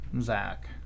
Zach